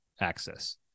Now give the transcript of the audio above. access